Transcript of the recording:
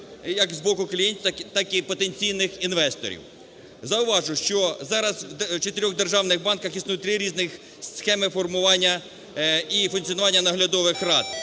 як з боку клієнтів, так і потенційних інвесторів. Зауважу, що зараз в чотирьох державних банках існують три різних схеми формування і функціонування наглядових рад,